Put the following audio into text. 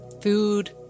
Food